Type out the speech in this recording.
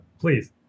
Please